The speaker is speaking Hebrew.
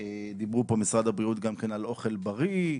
דיברו פה ממשרד הבריאות גם על אוכל בריא.